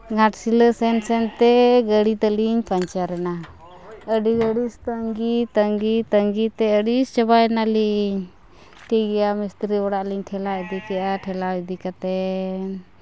ᱜᱷᱟᱴᱥᱤᱞᱟᱹ ᱥᱮᱱ ᱥᱮᱱᱛᱮ ᱜᱟᱹᱲᱤ ᱛᱟᱹᱞᱤᱧ ᱯᱟᱢᱪᱟᱨᱮᱱᱟ ᱟᱹᱰᱤ ᱜᱷᱟᱲᱤᱡ ᱛᱟᱹᱜᱤ ᱛᱟᱹᱜᱤ ᱛᱟᱹᱜᱤᱛᱮ ᱟᱹᱲᱤᱥ ᱪᱟᱵᱟᱭᱱᱟᱞᱤᱧ ᱴᱷᱤᱠ ᱜᱮᱭᱟ ᱢᱤᱥᱛᱨᱤ ᱚᱲᱟᱜ ᱞᱤᱧ ᱴᱷᱮᱞᱟᱣ ᱤᱫᱤ ᱠᱮᱜᱼᱟ ᱴᱷᱮᱞᱟᱣ ᱤᱫᱤ ᱠᱟᱛᱮᱱ